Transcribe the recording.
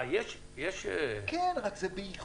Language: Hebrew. אה, אז יש תוכנית --- כן, אבל זה באיחור.